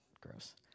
Gross